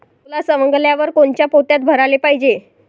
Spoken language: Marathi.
सोला सवंगल्यावर कोनच्या पोत्यात भराले पायजे?